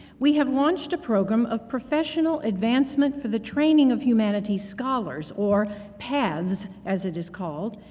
we have launched a program of professional advancement for the training of humanities scholars, or paths as it is called.